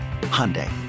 Hyundai